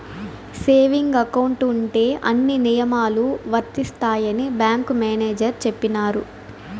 saving account ఉంటే అన్ని నియమాలు వర్తిస్తాయని బ్యాంకు మేనేజర్ చెప్పినారు